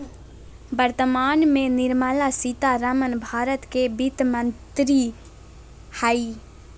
वर्तमान में निर्मला सीतारमण भारत के वित्त मंत्री हइ